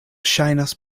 ŝajnas